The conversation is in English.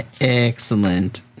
Excellent